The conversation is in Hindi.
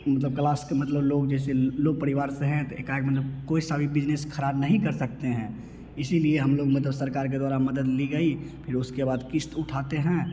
मतलब कलास के मतलब लोग जेसे परिवार से हैं तो ए का है मतलब कोई सा भी बिजनेस ख़राब नहीं कर सकते हैं इसीलिए हम लोग मतलब सरकार के द्वारा मदद ली गई फिर उसके बाद क़िश्त उठाते हैं